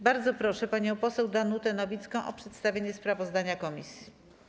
Bardzo proszę panią poseł Danutę Nowicką o przedstawienie sprawozdania komisji.